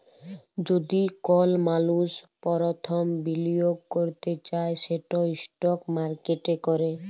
যদি কল মালুস পরথম বিলিয়গ ক্যরতে চায় সেট ইস্টক মার্কেটে ক্যরে